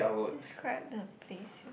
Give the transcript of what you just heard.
describe the place you